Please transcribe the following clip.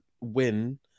win